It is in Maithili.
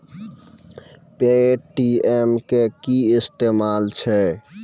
पे.टी.एम के कि इस्तेमाल छै?